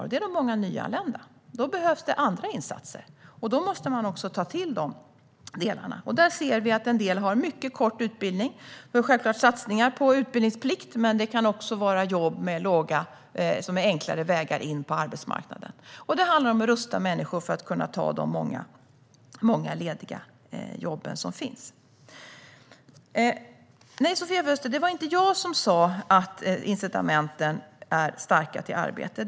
Det handlar om de många nyanlända. Då behövs det andra insatser. Då måste man också ta till de delarna. Vi ser att en del har mycket kort utbildning. Då handlar det självklart om satsningar på utbildningsplikt, men det kan också handla om jobb som innebär enklare vägar in på arbetsmarknaden. Det handlar om att rusta människor för att de ska kunna ta de många lediga jobb som finns. Nej, Sofia Fölster, det var inte jag som sa att incitamenten till arbete är starka.